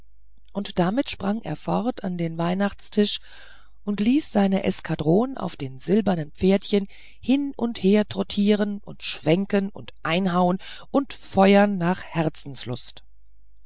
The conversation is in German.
und damit sprang er fort an den weihnachtstisch und ließ seine eskadron auf den silbernen pferden hin und her trottieren und schwenken und einhauen und feuern nach herzenslust